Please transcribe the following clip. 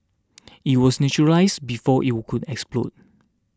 it was neutralised before it would could explode